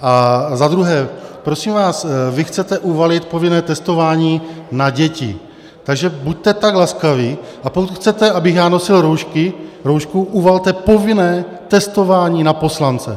A za druhé, prosím vás, vy chcete uvalit povinné testování na děti, takže buďte tak laskaví, a pokud chcete, abych já nosil roušku, uvalte povinné testování na poslance.